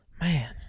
Man